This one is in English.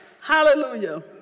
Hallelujah